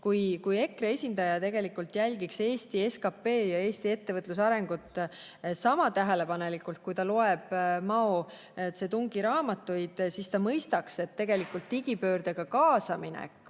Kui EKRE esindaja tegelikult jälgiks Eesti SKP ja Eesti ettevõtluse arengut sama tähelepanelikult, kui ta loeb Mao Zedongi raamatuid, siis ta mõistaks, et tegelikult on digipöördega kaasaminek